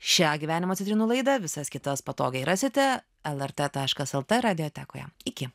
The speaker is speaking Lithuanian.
šią gyvenimo citrinų laidą visas kitas patogiai rasite lrt taškas lt radijotekoje iki